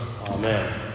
Amen